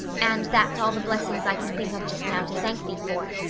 and that's all the blessings i can think of just now to thank thee for.